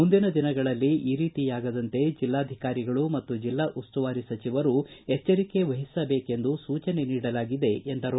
ಮುಂದಿನ ದಿನಗಳಲ್ಲಿ ಈ ರೀತಿ ಆಗದಂತೆ ಜಿಲ್ಲಾಧಿಕಾರಿಗಳು ಮತ್ತು ಜಿಲ್ಲಾ ಉಸ್ತುವಾರಿ ಸಚಿವರು ಎಚ್ವರಿಕೆ ವಹಿಸಬೇಕು ಎಂದು ಸೂಚನೆ ನೀಡಲಾಗಿದೆ ಎಂದರು